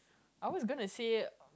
ours is gonna share